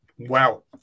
Wow